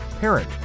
parent